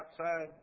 outside